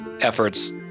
efforts